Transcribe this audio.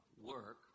work